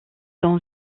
dans